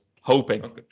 hoping